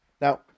Now